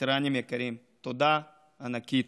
וטרנים יקרים, תודה ענקית.